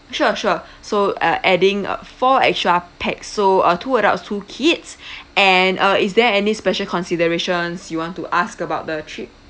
sure sure so uh adding a four extra pax so uh two adults two kids and uh is there any special considerations you want to ask about the trip